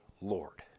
Lord